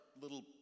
little